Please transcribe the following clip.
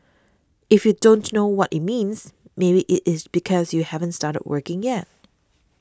if you don't know what it means maybe it is because you haven't started working yet